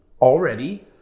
already